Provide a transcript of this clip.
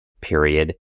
period